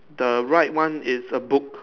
the right one is a book